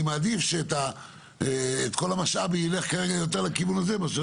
אני מעדיף שכל המשאב ילך כרגע יותר לכיוון הזה מאשר